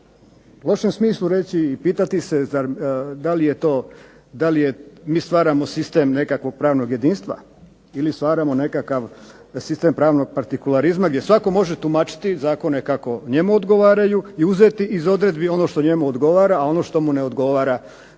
lošem smislu reći i pitati se da li je to, da li mi stvaramo sistem nekakvog pravnog jedinstva ili stvaramo nekakav sistem pravnog partikularizma, gdje svatko može tumačiti zakone kako njemu odgovaraju i uzeti iz odredbi ono što njemu odgovara, a ono što mu ne odgovara to